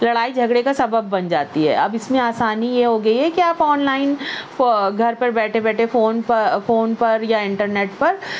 لڑائی جھگڑے کا سبب بن جاتی ہے اب اس میں آسانی یہ ہو گئی ہے کہ آپ آن لائن گھر پہ بیٹھے بیٹھے فون پر فون پر یا انٹرنیٹ پر